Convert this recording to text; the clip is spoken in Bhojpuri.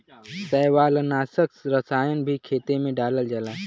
शैवालनाशक रसायन भी खेते में डालल जाला